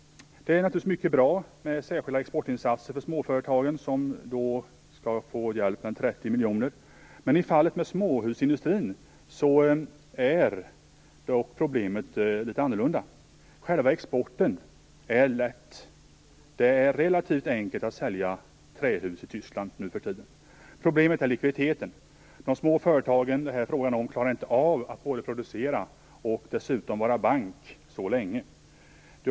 Det är naturligtvis mycket bra med de särskilda exportinsatserna för småföretagen, som skall få hjälp med 30 miljoner. Men i fallet med småhusindustrin är dock problemet litet annorlunda. Själva exporten är inget problem. Det är relativt enkelt att sälja trähus i Tyskland nu för tiden. Problemet är likviditeten. De småföretagen, som det här är fråga om, klarar inte av att både producera och att dessutom vara bank under så lång tid.